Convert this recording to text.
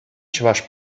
чӑваш